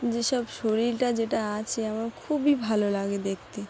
যেসব শরীরটা যেটা আছে আমার খুবই ভালো লাগে দেখতে